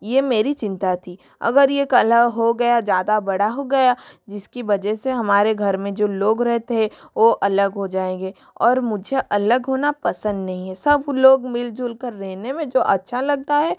ये मेरी चिंता थी अगर ये कलह हो गया ज़्यादा बड़ा हो गया जिसकी वजह से हमारे घर में जो लोग रहते हैं वो अलग हो जाएंगे और मुझे अलग होना पसंद नहीं है सब लोग मिल जुल कर रहने में जो अच्छा लगता है